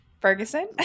Ferguson